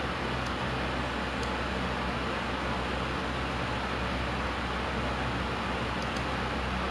what kind of work I want to be in too I think for now like my plan is like err